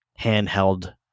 handheld